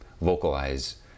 vocalize